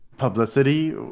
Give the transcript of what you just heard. publicity